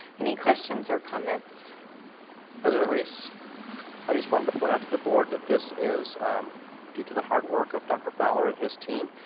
any questions or comments president reese, i just wanted to point out to the board that this is due to the hard work of dr. fowler and his team